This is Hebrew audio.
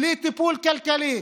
בלי טיפול כלכלי,